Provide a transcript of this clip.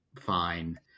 fine